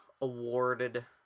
awarded